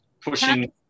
pushing